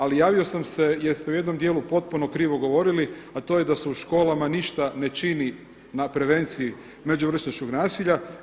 Ali javio sam se jer ste u jednom dijelu potpuno krivo govorili, a to je da se u školama ništa ne čini na prevenciji međuvršnjačkog nasilja.